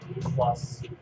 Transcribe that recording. plus